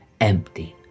empty